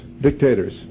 dictators